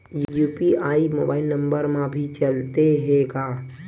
UPI mobile number मा भी चलते हे का?